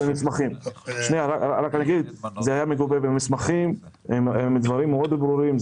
אני אגיד שזה היה מגובה במסמכים עם דברים מאוד ברורים.